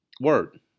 Word